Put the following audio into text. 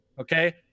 okay